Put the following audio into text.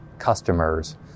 customers